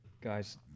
guys